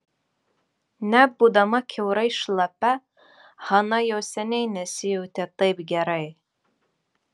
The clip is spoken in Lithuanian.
net būdama kiaurai šlapia hana jau seniai nesijautė taip gerai